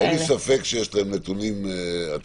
אין לי ספק שיש להם נתונים עדכניים,